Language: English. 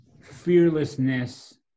fearlessness